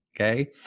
okay